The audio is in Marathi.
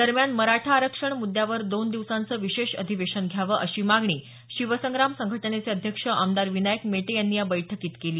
दरम्यान मराठा आरक्षण मुद्यावर दोन दिवसाचं विशेष अधिवेशन घ्यावं अशी मागणी शिवसंग्राम संघटनेचे अध्यक्ष आमदार विनायक मेटे यांनी या बैठकीत केली